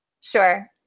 Sure